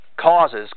causes